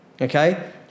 okay